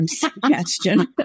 suggestion